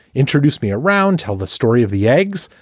introduced me around, tell the story of the eggs.